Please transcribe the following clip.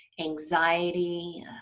anxiety